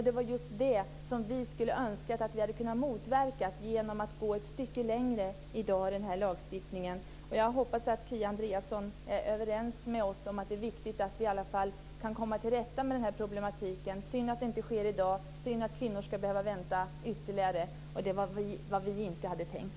Det var just det som vi skulle önskat att vi hade kunnat motverka genom att gå ett stycke längre i dag i den här lagstiftningen. Jag hoppas att Kia Andreasson är överens med oss om att det är viktigt att vi alla fall kan komma till rätta med den här problematiken. Det är synd att det inte sker i dag. Det är synd att kvinnor ska behöva vänta ytterligare. Det var inte vad vi hade tänkt.